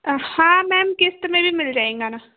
हाँ मैम किस्त में भी मिल जाएंगा न